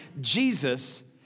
Jesus